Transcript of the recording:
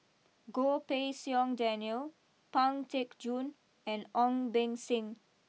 Goh Pei Siong Daniel Pang Teck Joon and Ong Beng Seng